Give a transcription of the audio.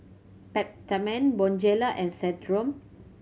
Peptamen Bonjela and Centrum